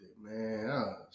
Man